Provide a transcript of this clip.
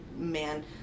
man